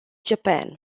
japan